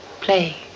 Play